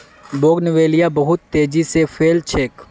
bougainvillea बहुत तेजी स फैल छेक